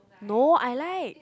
no I like